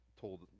told